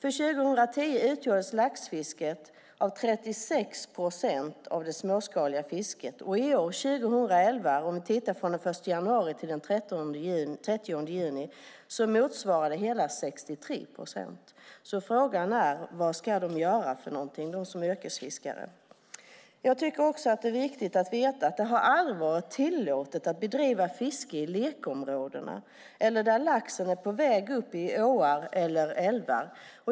År 2010 utgjorde laxfisket 36 procent av det småskaliga fisket, och i år, från den 1 januari till den 30 juni, utgjorde det hela 63 procent. Frågan är vad de som är yrkesfiskare ska göra för något. Jag tycker också att det är viktigt att veta att det aldrig har varit tillåtet att bedriva fiske i lekområdena eller där laxen är på väg upp i åar eller älvar.